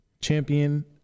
Champion